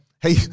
hey